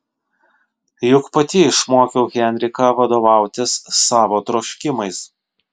juk pati išmokiau henriką vadovautis savo troškimais